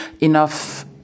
enough